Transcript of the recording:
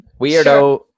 weirdo